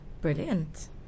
Brilliant